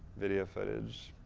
video footage.